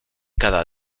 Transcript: cada